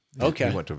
Okay